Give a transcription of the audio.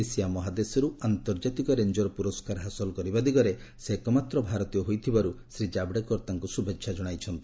Asia ମହାଦେଶରୁ ଆନ୍ତର୍ଜାତିକ ranger ପୁରସ୍କାର ହାସଲ କରିବା ଦିଗରେ ସେ ଏକମାତ୍ର ଭାରତୀୟ ହୋଇଥିବାରୁ ଶ୍ରୀ ଜାବ୍ଡେକର ତାଙ୍କୁ ଶୁଭେଛା କ୍ରଣାଇଛନ୍ତି